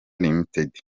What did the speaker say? ltd